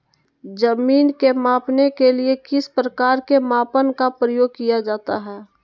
जमीन के मापने के लिए किस प्रकार के मापन का प्रयोग किया जाता है?